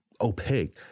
opaque